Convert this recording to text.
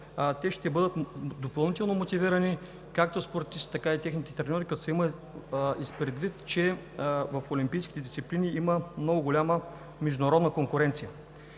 те ще бъдат допълнително мотивирани, както спортистите, така и техните треньори, като се има предвид, че в олимпийските дисциплини има много голяма международна конкуренция.